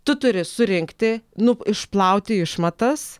tu turi surinkti nu išplauti išmatas